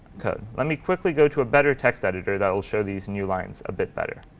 code. let me quickly go to a better text editor that will show these new lines a bit better.